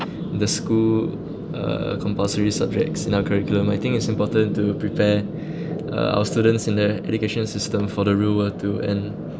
the school uh compulsory subjects in our curriculum I think it's important to prepare uh our students in their education system for the real world too and